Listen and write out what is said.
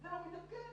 אז גם קשה לתקן אותו